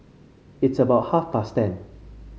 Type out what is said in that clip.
its about half past ten